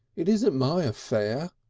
it isn't my affair!